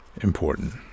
important